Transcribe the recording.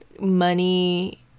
money